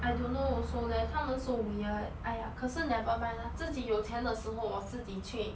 I don't know also leh 他们 so weird !aiya! 可是 never mind lah 自己有钱的时候我自己去